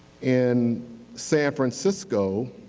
in san francisco